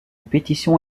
pétition